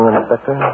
Inspector